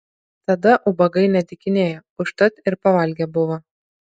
tada ubagai nedykinėjo užtat ir pavalgę buvo